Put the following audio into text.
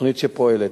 תוכנית שפועלת,